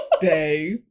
day